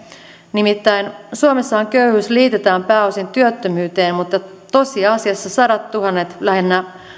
nimittäin suomessahan köyhyys liitetään pääosin työttömyyteen mutta tosiasiassa sadattuhannet lähinnä